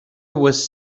was